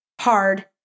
hard